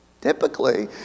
Typically